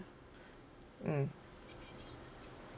mm